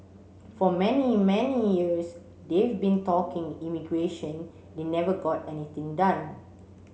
for many many years they've been talking immigration they never got anything done